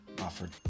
offered